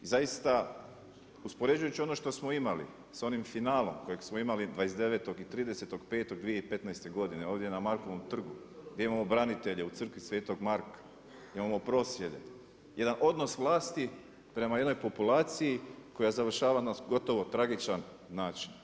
Zaista uspoređujući ono što smo imali, s onim finalom kojeg smo imali 29. i 30.5.2015. godine ovdje na Markovom trgu, gdje imamo branitelje u Crkvi sv. Marka, imamo prosvjede, jedan odnos vlasti prema jednoj populaciji koja završava na gotovo tragičan način.